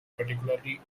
particularly